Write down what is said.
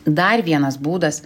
dar vienas būdas